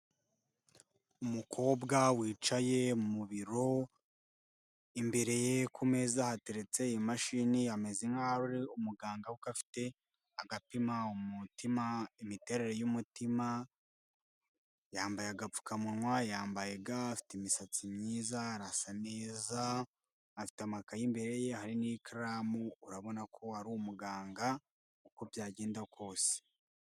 Umukobwa wicaye mu biro, imbere ye ku meza hateretse iyi mashini ameze nk'aho ari umuganga, kuko afite agapima umutima, imiterere y' umutima, yambaye agapfukamunwa yambaye ga, afite imisatsi myiza arasa neza, afite amakaye imbere ye hari n'ikaramu urabona ko ari umuganga uko byagenda kose.